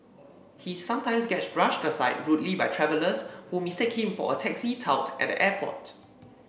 he sometimes gets brushed aside rudely by travellers who mistake him for a taxi tout at the airport